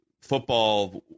football